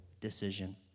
decision